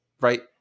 right